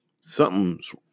Something's